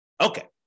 Okay